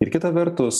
ir kita vertus